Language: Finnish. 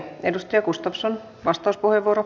edustaja gustafsson vastauspuheenvuoro